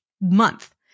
month